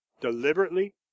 deliberately